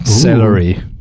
celery